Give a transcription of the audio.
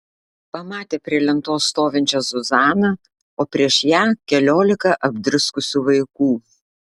pamatė prie lentos stovinčią zuzaną o prieš ją keliolika apdriskusių vaikų